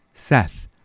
Seth